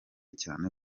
cyane